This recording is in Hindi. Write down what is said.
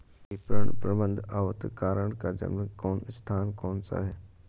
विपणन प्रबंध अवधारणा का जन्म स्थान कौन सा है?